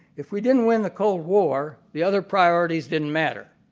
if we didn't win the cold war, the other priorities didn't matter.